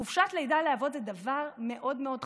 חופשת לידה לאבות זה דבר מאוד מאוד חשוב,